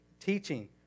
teaching